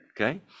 Okay